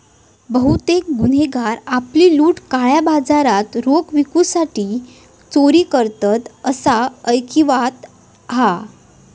बहुतेक गुन्हेगार आपली लूट काळ्या बाजारात रोख विकूसाठी चोरी करतत, असा ऐकिवात हा